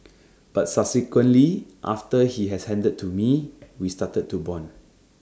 but subsequently after he has handed to me we started to Bond